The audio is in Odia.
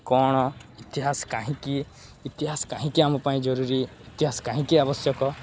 କ'ଣ ଇତିହାସ କାହିଁକି ଇତିହାସ କାହିଁକି ଆମ ପାଇଁ ଜରୁରୀ ଇତିହାସ କାହିଁକି ଆବଶ୍ୟକ